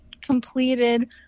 completed